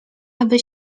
aby